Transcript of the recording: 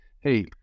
hey